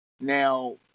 now